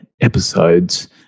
episodes